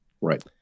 Right